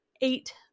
eight